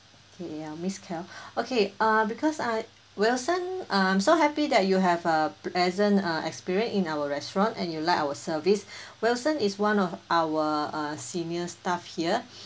K A L miss kal okay uh because uh wilson uh I'm so happy that you have a pleasant uh experience in our restaurant and you like our service wilson is one of our uh senior staff here